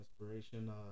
Inspiration